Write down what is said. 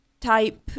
type